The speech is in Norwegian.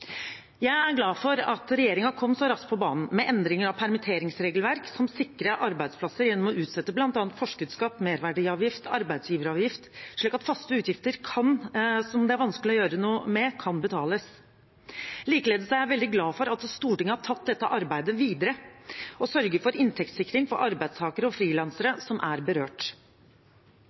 Jeg er glad for at regjeringen kom så raskt på banen med endringer av permitteringsregelverk, som sikrer arbeidsplasser gjennom å utsette bl.a. forskuddsskatt, merverdiavgift, arbeidsgiveravgift, slik at faste utgifter, som det er vanskelig å gjøre noe med, kan betales. Likeledes er jeg veldig glad for at Stortinget har tatt dette arbeidet videre og sørger for inntektssikring for arbeidstakere og frilansere som er berørt.